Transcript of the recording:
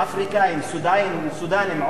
עובדים עדיין בכפר-מנדא.